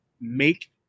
Make